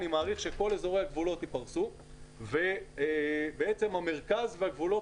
אני מעריך שכל אזורי הגבולות ייפרסו ובעצם המרכז והגבולות